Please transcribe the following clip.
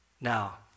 Now